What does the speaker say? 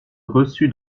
reçu